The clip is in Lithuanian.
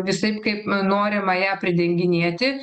visaip kaip norima ją pridenginėti